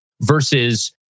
versus